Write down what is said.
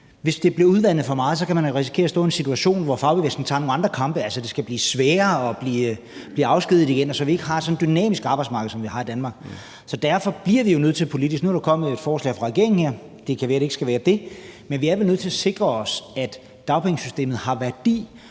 Hvis det bliver udvandet for meget, kan man risikere at stå i en situation, hvor fagbevægelsen tager nogle andre kampe, hvor det skal blive sværere at blive afskediget, så vi ikke har et så dynamisk arbejdsmarked, som vi har i Danmark. Nu er der kommet et forslag fra regeringen. Det kan være,